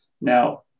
Now